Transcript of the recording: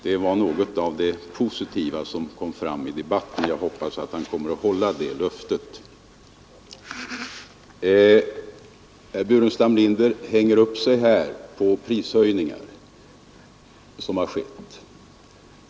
Det var något av det positiva som kom fram i debatten. Jag hoppas att herr Burenstam Linder håller det löftet. Herr Burenstam Linder hänger upp sig här på prishöjningar som har skett.